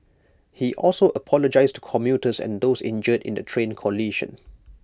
he also apologised to commuters and those injured in the train collision